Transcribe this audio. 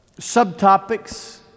subtopics